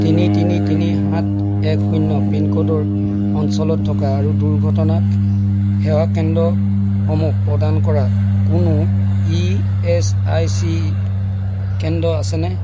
তিনি তিনি তিনি সাত এক শূন্য পিনক'ডৰ অঞ্চলত থকা আৰু দুৰ্ঘটনা সেৱাকেন্দ্ৰসমূহ প্ৰদান কৰা কোনো ইএচআইচি কেন্দ্ৰ আছেনে